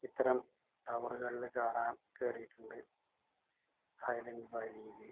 ഇത്തരം ടവറുകളിൽ കയറാൻ കയറിയിട്ടുണ്ട് സൈലൻട് വാലിയിൽ